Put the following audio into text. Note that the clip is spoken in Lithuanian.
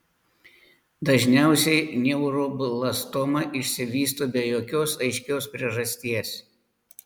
dažniausiai neuroblastoma išsivysto be jokios aiškios priežasties